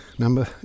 Number